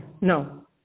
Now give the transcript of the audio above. No